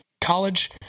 college